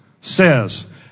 says